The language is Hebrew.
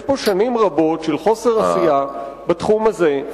יש פה שנים רבות של חוסר עשייה בתחום הזה,